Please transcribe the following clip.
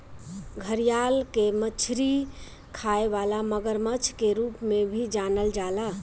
घड़ियाल के मछरी खाए वाला मगरमच्छ के रूप में भी जानल जाला